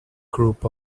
group